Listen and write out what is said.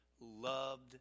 loved